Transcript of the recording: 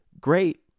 great